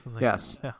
Yes